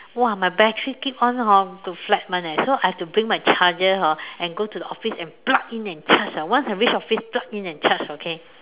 !wah! my battery keep on hor go flat [one] eh so I have to bring my charger hor and go to the office and plug in and charge ah once I reach office plug in and charge okay